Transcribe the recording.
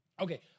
Okay